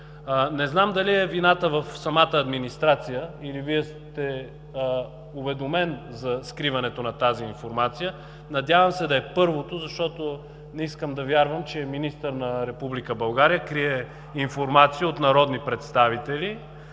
Не знам дали вината е в самата администрация, или Вие сте уведомен за скриването на тези информация. Надявам се да е първото, защото не искам да вярвам, че министър на Република България крие информация от народни представители.